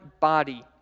body